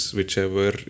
whichever